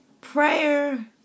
Prayer